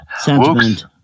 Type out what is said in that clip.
sentiment